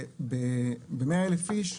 ב-100,000 איש,